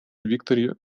виктора